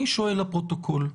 אני שואל לפרוטוקול: